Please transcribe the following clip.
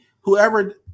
whoever